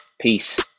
peace